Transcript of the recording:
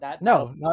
No